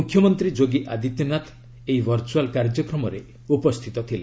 ମୁଖ୍ୟମନ୍ତ୍ରୀ ଯୋଗୀ ଆଦିତ୍ୟନାଥ ଏହି ଭର୍ଚୁଆଲ୍ କାର୍ଯ୍ୟକ୍ରମରେ ଉପସ୍ଥିତ ଥିଲେ